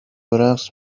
برقص